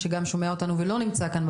כן,